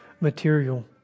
material